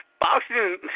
boxing